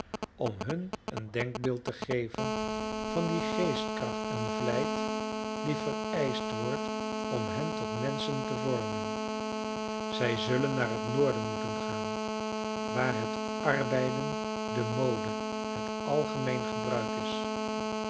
om hun een denkbeeld te geven van die geestkracht en vlijt die vereischt wordt om hen tot menschen te vormen zij zullen naar het noorden moeten gaan waar het arbeiden de mode het algemeen gebruik is